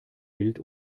wild